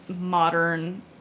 modern